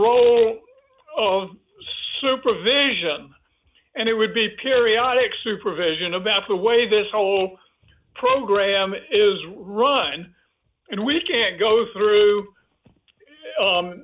role supervision and it would be periodic supervision about the way this whole program is run and we can go through